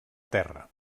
terra